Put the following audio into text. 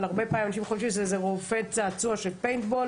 אבל הרבה פעמים אנשים חושבים שזה רובה צעצוע של פיינטבול.